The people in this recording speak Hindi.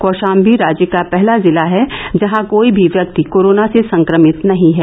कौशाम्बी राज्य का पहला जिला है जहां कोई भी व्यक्ति कोरोना से संक्रमित नहीं है